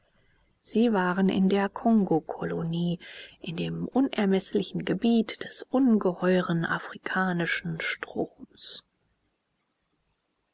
sie waren in der kongokolonie in dem unermeßlichen gebiet des ungeheuren afrikanischen stroms